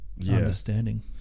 understanding